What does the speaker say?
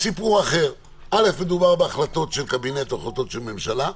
ראשית, מדובר בהחלטות קבינט או בהחלטות ממשלה,